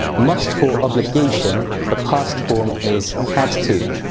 must for obligation, the past form is have to.